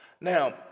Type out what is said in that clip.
Now